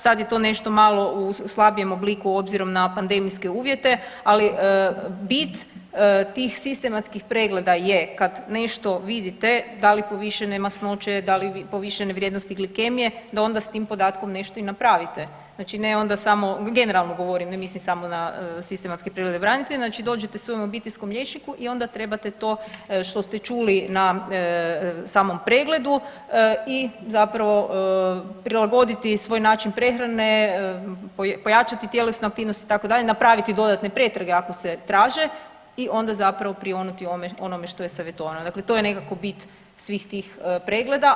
Sad je to nešto malo u slabijem obliku obzirom na pandemijske uvjete, ali bit tih sistematskih pregleda je kad nešto vidite da li povišene masnoće, da li povišene vrijednosti glikemije, da onda s tim podatkom nešto i napravite, znači ne onda samo, generalno govorim ne mislim samo na sistematske preglede branitelja, znači dođete svom obiteljskom liječniku i onda trebate to što ste čuli na samom pregledu i zapravo prilagoditi svoj način prehrane, pojačati tjelesnu aktivnost itd., napraviti dodatne pretrage ako se traže i onda zapravo prionuti onome što je savjetovano, dakle to je nekako bit svih tih pregleda.